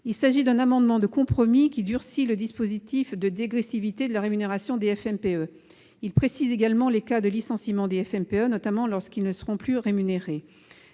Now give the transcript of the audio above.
ensemble. Cet amendement de compromis vise à durcir le dispositif de dégressivité de la rémunération des FMPE et à préciser les cas de licenciement des FMPE, notamment lorsqu'ils ne seront plus rémunérés.